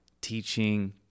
teaching